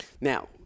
Now